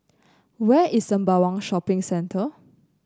where is Sembawang Shopping Centre